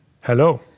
Hello